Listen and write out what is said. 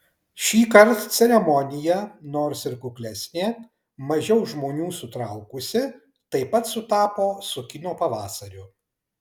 šįkart ceremonija nors ir kuklesnė mažiau žmonių sutraukusi taip pat sutapo su kino pavasariu